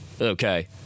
Okay